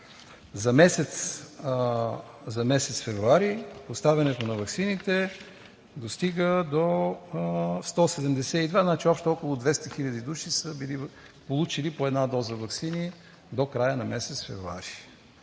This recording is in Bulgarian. За месец февруари поставянето на ваксините достига до 172 хил. – значи общо около 200 хил. души са получили по една доза ваксини до края на месец февруари.